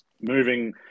Moving